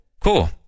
Cool